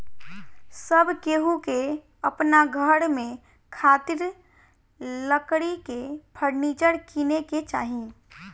सब केहू के अपना घर में खातिर लकड़ी के फर्नीचर किने के चाही